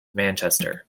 manchester